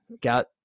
got